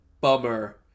bummer